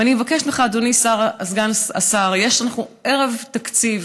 ואני מבקשת ממך, אדוני, סגן השר: אנחנו ערב תקציב.